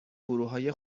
گروههای